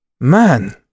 Man